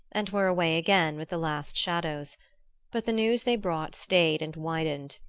and were away again with the last shadows but the news they brought stayed and widened,